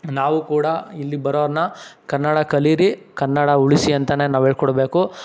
ನಾವೂ ಕೂಡ ಇಲ್ಲಿ ಬರೋರನ್ನ ಕನ್ನಡ ಕಲಿಯಿರಿ ಕನ್ನಡ ಉಳಿಸಿ ಅಂತನೇ ನಾವು ಹೇಳಿಕೊಡ್ಬೇಕು